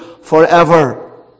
forever